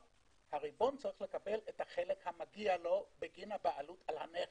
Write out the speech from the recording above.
הריבון צריך לקבל את החלק המגיע לו בגין הבעלות על הנכס,